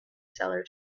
seller